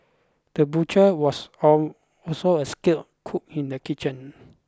the butcher was also a skilled cook in the kitchen